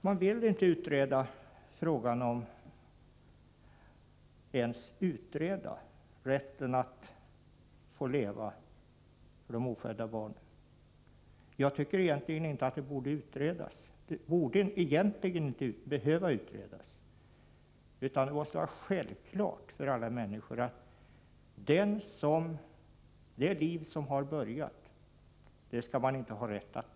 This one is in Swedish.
Man vill inte ens utreda frågan om de ofödda barnens rätt att få leva. Den frågan borde egentligen inte behöva utredas, utan det borde vara självklart för alla människor att man inte skall ha rätt att med berått mod ta det liv som har börjat.